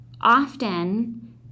often